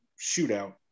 shootout